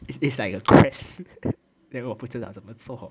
it's like a quest then 我不知道怎么做